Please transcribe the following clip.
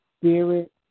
Spirit